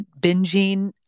binging